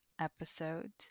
episode